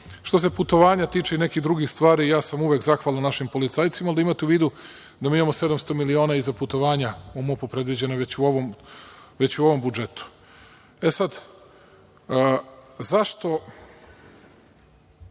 se putovanja tiče i nekih drugih stvari, ja sam uvek zahvalan našim policajcima, ali da imate u vidu da mi imamo 700 miliona i za putovanja u MUP-u, predviđeno već u ovom budžetu.Zašto